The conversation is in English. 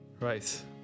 right